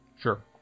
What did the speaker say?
Sure